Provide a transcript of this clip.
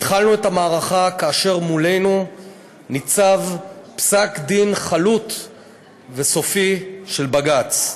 התחלנו את המערכה כאשר מולנו ניצב פסק-דין חלוט וסופי של בג״ץ.